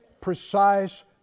precise